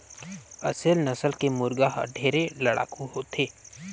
असेल नसल के मुरगा हर ढेरे लड़ाकू होथे